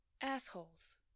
assholes